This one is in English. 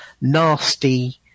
nasty